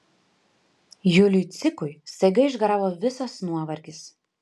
juliui cikui staiga išgaravo visas nuovargis